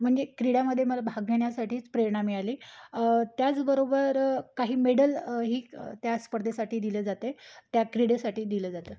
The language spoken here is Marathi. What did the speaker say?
म्हणजे क्रीडामध्ये मला भाग घेण्यासाठीच प्रेरणा मिळाली त्याचबरोबर काही मेडल ही त्या स्पर्धेसाठी दिल्या जाते त्या क्रीडेसाठी दिलं जातं